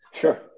sure